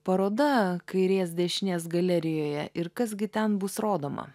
paroda kairės dešinės galerijoje ir kas gi ten bus rodoma